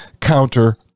counter